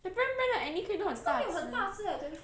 japan brand 的 acne cream 都很大只